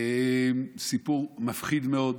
סיפור מפחיד מאוד,